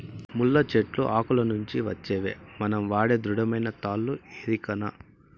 ముళ్ళ చెట్లు ఆకుల నుంచి వచ్చేవే మనం వాడే దృఢమైన తాళ్ళు ఎరికనా